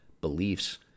beliefs